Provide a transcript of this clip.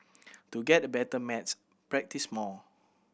to get better at maths practise more